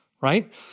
right